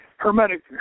Hermetic